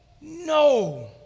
no